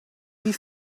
wie